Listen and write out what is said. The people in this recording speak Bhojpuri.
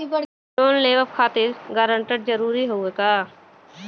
लोन लेवब खातिर गारंटर जरूरी हाउ का?